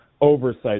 oversight